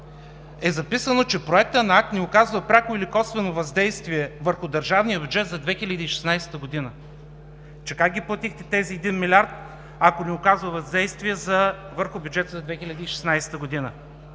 е записано, че проектът на акт не оказва пряко или косвено въздействие върху държавния бюджет за 2016 г. Че как платихте този 1 млрд. лв., ако не оказва въздействие върху бюджета за 2016 г.?!